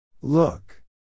Look